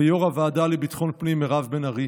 ויו"ר הוועדה לביטחון פנים מירב בן ארי